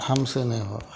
हमसे नहीं होगा